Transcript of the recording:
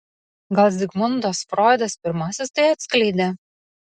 gal zigmundas froidas pirmasis tai atskleidė